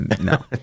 No